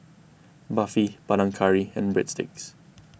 Barfi Panang Curry and Breadsticks